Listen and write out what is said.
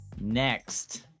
Next